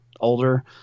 older